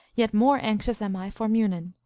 yet more anxious am i for munin.